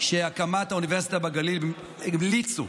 שהקמת האוניברסיטה בגליל, המליצו,